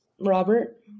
Robert